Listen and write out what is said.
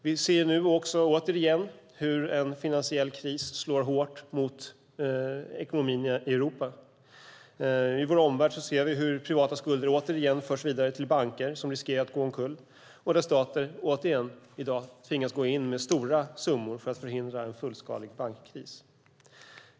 Vi ser nu hur en finansiell kris slår hårt mot ekonomin i Europa. I vår omvärld ser vi hur privata skulder återigen förs vidare till banker som riskerar att gå omkull och hur staten tvingas gå in med stora summor för att förhindra en fullskalig bankkris.